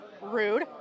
rude